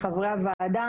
לחברי הוועדה,